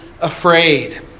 afraid